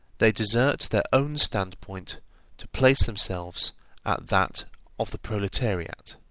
they desert their own standpoint to place themselves at that of the proletariat.